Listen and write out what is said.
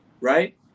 right